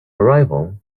arrival